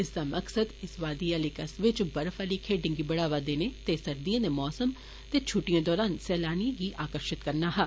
इस दा मकसद इस वादी आली कस्बे च बर्फ आली खेडे गी बढ़ावा देने ते सर्दिए दे मौसम ते छुट्टिए दौरान सैलानिए गी आकर्शित करना हा